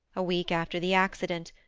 a week after the accident,